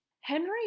Henry